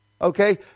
Okay